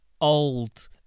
old